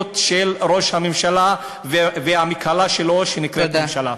של ראש הממשלה והמקהלה שלו שנקראת ממשלה.